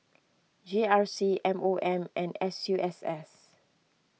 G C M O M and S U S S